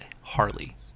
harley